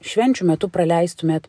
švenčių metu praleistumėt